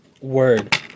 Word